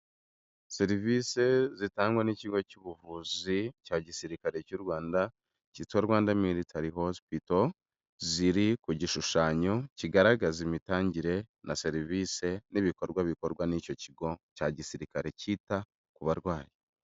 Serivisi zitangwa n'ikigo cy'ubuvuzi cya gisirikare cy'u Rwanda, cyitwa Rwanda Miltary Hospital, ziri ku gishushanyo kigaragaza imitangire na serivisi n'ibikorwa bikorwa n'icyo kigo cya gisirikare cyita ku barwayi.